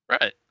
Right